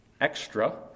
extra